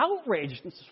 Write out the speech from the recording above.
outraged